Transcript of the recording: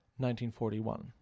1941